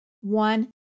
One